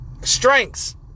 strengths